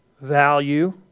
Value